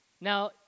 Now